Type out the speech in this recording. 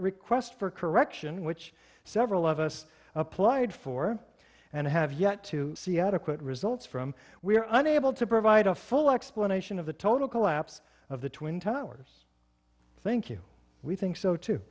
request for correction which several of us applied for and have yet to see adequate results from we are unable to provide a full explanation of the total collapse of the twin towers thank you we think so too